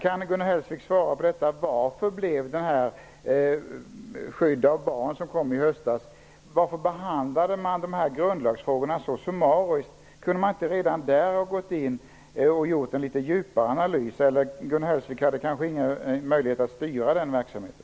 Kan Gun Hellsvik svara på frågan varför grundlagsfrågorna behandlades så summariskt i departementspromemorian Ökat skydd för barn, som kom i höstas? Kunde man inte redan då ha gått in och gjort en djupare analys? Gun Hellsvik kanske inte hade möjlighet att styra den verksamheten.